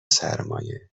سرمایه